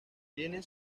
tiene